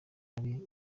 ari